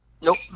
nope